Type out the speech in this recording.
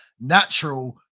natural